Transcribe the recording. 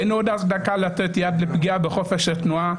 אין עוד הצדקה לתת יד לפגיעה בחופש התנועה,